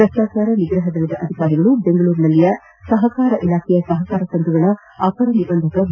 ಭ್ರಷ್ಟಾಚಾರ ನಿಗ್ರಹ ದಳದ ಅಧಿಕಾರಿಗಳು ಬೆಂಗಳೂರಿನಲ್ಲಿನ ಸಹಕಾರ ಇಲಾಖೆಯ ಸಪಕಾರ ಸಂಘಗಳ ಅಪರ ನಿಬಂಧಕ ಬಿ